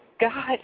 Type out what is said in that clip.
God